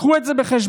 קחו את זה בחשבון.